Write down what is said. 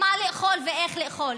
מה לאכול ואיך לאכול.